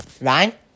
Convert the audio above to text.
Ryan